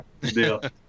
deal